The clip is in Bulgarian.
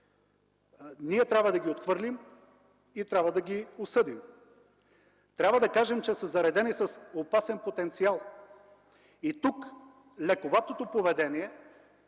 – трябва да ги отхвърлим и да ги осъдим! Трябва да кажем, че са заредени с опасен потенциал. Лековатото поведение,